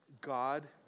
God